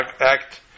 act